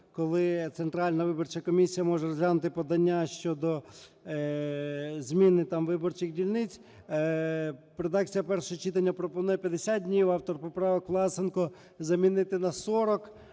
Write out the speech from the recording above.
коли Центральна виборча комісія може розглянути подання щодо зміни там виборчих дільниць. Редакція першого читання пропонує 50 днів, а автор поправок Власенко замінити на 40.